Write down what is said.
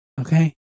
Okay